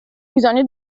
bisogno